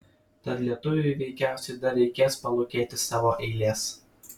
tad lietuviui veikiausiai dar reikės palūkėti savo eilės